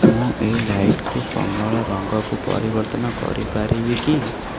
ମୁଁ ଏହି ଲାଇଟ୍କୁ କମଳା ରଙ୍ଗକୁ ପରିବର୍ତ୍ତନ କରିପାରିବି କି